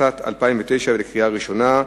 התשס"ט 2009, קריאה ראשונה.